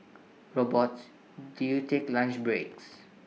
robots do you take lunch breaks